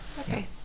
okay